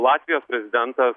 latvijos prezidentas